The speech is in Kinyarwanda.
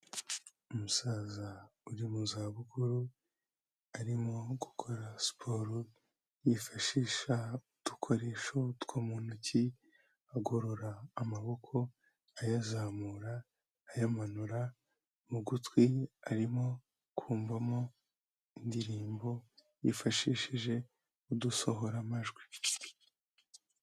Umusaza uri mu za bukuru ,arimo gukora siporo yifashisha udukoresho two mu ntoki agorora amaboko ayazamura ayamanura mu gutwi arimo kumvamo indirimbo yifashishije udusohoramajwi.